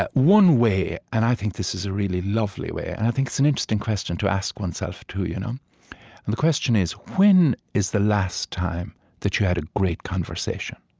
one way, and i think this is a really lovely way, and i think it's an interesting question to ask oneself too, you know and the question is, when is the last time that you had a great conversation,